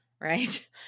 Right